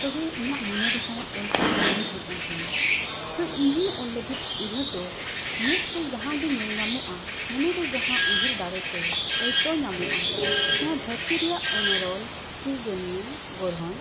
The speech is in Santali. ᱛᱚᱵᱮ ᱤᱧᱟᱹᱜ ᱢᱚᱱᱮ ᱨᱮᱦᱚᱸ ᱚᱞ ᱨᱮᱱᱟᱜ ᱥᱟᱱᱟᱢ ᱦᱮᱡ ᱮᱱ ᱛᱤᱧᱟᱹ ᱛᱚ ᱤᱧᱤᱧ ᱚᱞ ᱞᱟᱹᱜᱤᱫ ᱩᱭᱦᱟᱹᱨ ᱫᱚ ᱢᱮᱫ ᱛᱮ ᱡᱟᱦᱟᱸ ᱜᱮ ᱧᱮᱞ ᱧᱟᱢᱚᱜᱼᱟ ᱢᱚᱱᱮ ᱨᱮ ᱡᱟᱦᱟᱸ ᱩᱭᱦᱟᱹᱨ ᱫᱟᱲᱮᱛᱮ ᱟᱹᱭᱠᱟᱹᱣ ᱧᱟᱢᱚᱜᱼᱟ ᱱᱚᱣᱟ ᱫᱷᱟᱹᱨᱛᱤ ᱨᱮᱱᱟᱜ ᱚᱱᱩᱨᱚᱞ ᱥᱤᱨᱡᱚᱱᱤᱭᱟᱹ ᱜᱚᱲᱦᱚᱱ